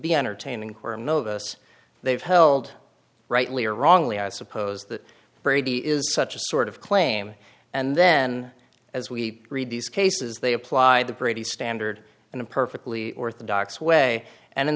be entertaining or novus they've held rightly or wrongly i suppose that brady is such a sort of claim and then as we read these cases they applied the brady standard in a perfectly orthodox way and